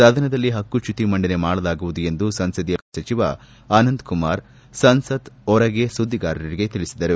ಸದನದಲ್ಲಿ ಪಕ್ಕುಚ್ಚುತಿ ಮಂಡನೆ ಮಾಡಲಾಗುವುದು ಎಂದು ಸಂಸದೀಯ ವ್ಯವಹಾರಗಳ ಖಾತೆ ಸಚಿವ ಅನಂತಕುಮಾರ್ ಸಂಸತ್ ಹೊರಗೆ ಸುದ್ದಿಗಾರರಿಗೆ ಈ ವಿಷಯ ತಿಳಿಸಿದರು